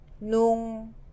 nung